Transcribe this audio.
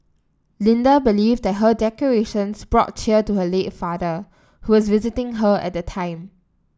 Linda believed that her decorations brought cheer to her late father who was visiting her at the time